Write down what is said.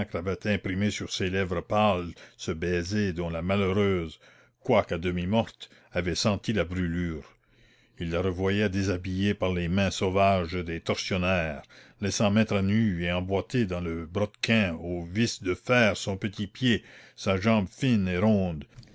avait imprimé sur ses lèvres pâles ce baiser dont la malheureuse quoique à demi morte avait senti la brûlure il la revoyait déshabillée par les mains sauvages des tortionnaires laissant mettre à nu et emboîter dans le brodequin aux vis de fer son petit pied sa jambe fine et ronde